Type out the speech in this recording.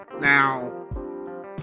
now